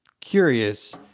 curious